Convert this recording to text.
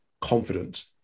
confident